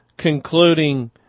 Concluding